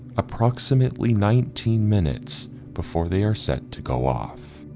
approximately nineteen minutes before they are set to go off.